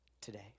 today